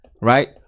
right